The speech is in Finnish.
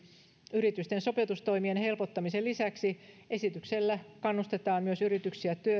yritysten sopeutustoimien helpottamisen lisäksi esityksellä myös kannustetaan yrityksiä